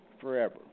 forever